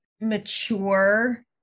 mature